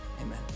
amen